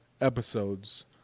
episodes